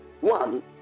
one